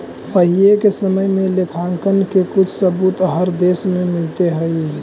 पहिले के समय में लेखांकन के कुछ सबूत हर देश में मिलले हई